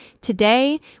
Today